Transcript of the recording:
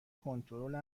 کنترل